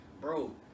Bro